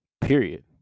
Period